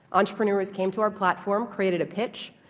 entrepreneurs came to our platform, created a pitch,